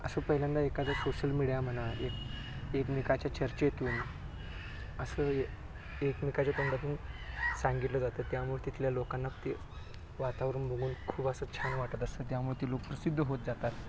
असं पहिल्यांदा एखादं सोशल मीडिया म्हणा एक एकमेकाच्या चर्चेतून असं एकमेकाच्या तोंडातून सांगितलं जातं त्यामुळे तिथल्या लोकांना ते वातावरण बघून खूप असं छान वाटत असतं त्यामुळे ते लोक प्रसिद्ध होत जातात